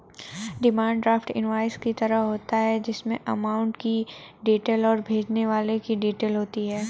demand draft invoice की तरह होता है जिसमे अमाउंट की डिटेल और भेजने वाले की डिटेल होती है